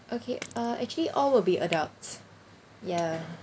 okay uh actually all will be adults ya